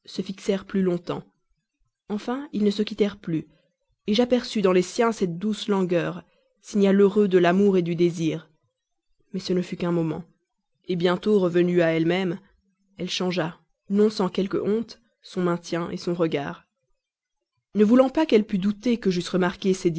se fixèrent plus longtemps enfin ils ne se quittèrent plus j'aperçus dans les siens cette douce langueur signal heureux de l'amour du désir mais ce ne fut qu'un moment bientôt revenue à elle-même elle changea non sans quelque honte son maintien son regard ne voulant pas qu'elle pût douter que j'eusse remarqué